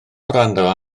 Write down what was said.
wrando